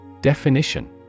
Definition